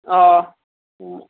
অহ